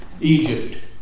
Egypt